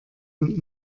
und